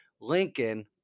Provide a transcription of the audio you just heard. Lincoln